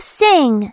sing